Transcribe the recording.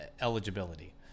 eligibility